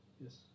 Yes